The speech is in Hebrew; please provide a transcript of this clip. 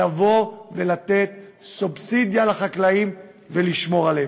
לתת סובסידיה לחקלאים ולשמור עליהם.